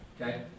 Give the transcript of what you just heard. okay